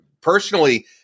personally